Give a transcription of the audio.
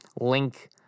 link